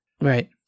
Right